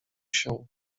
się